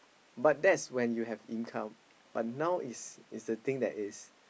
but there's when you have income but now is is the thing that is